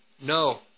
No